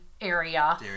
area